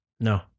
no